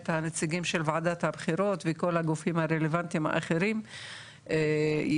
הנציגים של וועדת הבחירות וכל הגופים הרלוונטיים האחרים יספקו